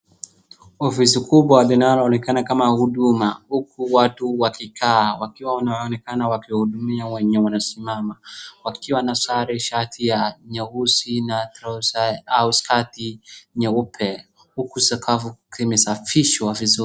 Ofisi kubwa linaloonekana kama Huduma, huku watu wakikaa, wakiwa wanaonekana wakihudumia wenye wanasimama, wakiwa na sare shati ya nyeusi na trouser au sketi nyeupe, huku sakafu ikiwa imesafishwa vizuri.